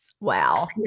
Wow